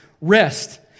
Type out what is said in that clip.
rest